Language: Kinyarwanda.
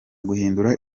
guhindura